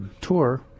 tour